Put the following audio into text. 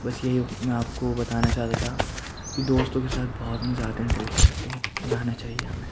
بس یہی میں آپ کو بتانا چاہتا تھا کہ دوستوں کے ساتھ بہت مزے آتے ہیں ٹرپ پہ تو جانا چاہیے ہمیں